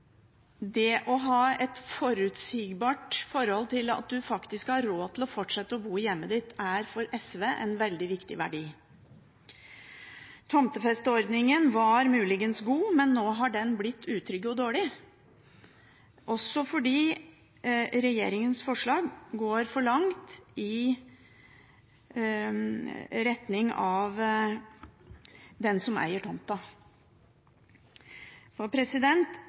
det å ha et forutsigbart forhold til at man faktisk har råd til å fortsette å bo i hjemmet sitt, er for SV en veldig viktig verdi. Tomtefesteordningen var muligens god, men nå har den blitt utrygg og dårlig, også fordi regjeringens forslag går for langt i retning av den som eier tomta.